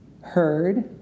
heard